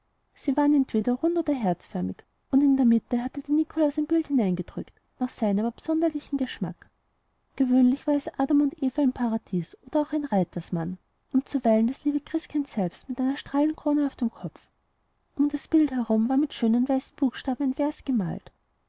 sie waren entweder rund oder herzförmig und in der mitte hatte der nikolaus ein bild hineingedrückt nach seinem absonderlichen geschmack gewöhnlich war es adam und eva im paradies oder auch ein reitersmann und zuweilen das liebe christkind selbst mit einer strahlenkrone auf dem kopf um das bild herum war mit schönen weißen buchstaben ein vers gemalt